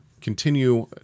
continue